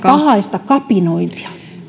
pahaista kapinointia